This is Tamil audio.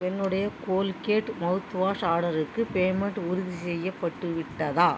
என்னுடைய கோல்கேட் மவுத்வாஷ் ஆர்டருக்கு பேமெண்ட் உறுதிசெய்யப்பட்டு விட்டதா